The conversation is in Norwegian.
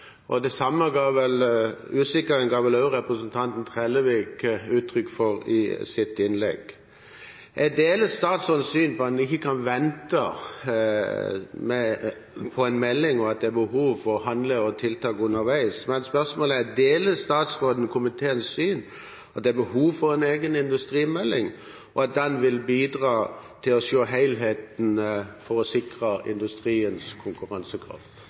Det samme ga vel også representanten Trellevik uttrykk for i sitt innlegg. Jeg deler statsråden syn, at man ikke kan vente på en melding, og at det er behov for å handle og for tiltak underveis. Men spørsmålet er: Deler statsråden komiteens syn, at det er behov for en egen industrimelding, og at den vil bidra til å se helheten for å sikre industriens konkurransekraft?